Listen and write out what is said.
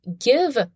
give